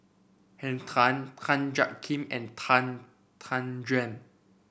Henn Tan Tan Jiak Kim and Tan Tan Juan